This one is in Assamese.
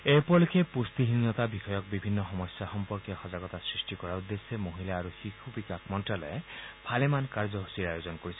এই উপলক্ষে পুষ্টিহীনতা বিষয়ক বিভিন্ন সমস্যা সম্পৰ্কে সজাগতা সৃষ্টি কৰাৰ উদ্দেশ্যে মহিলা আৰু শিশু বিকাশ মন্ত্ৰালয়ে ভালেমান কাৰ্যসূচীৰ আয়োজন কৰিছে